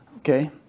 Okay